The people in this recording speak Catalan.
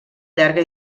llarga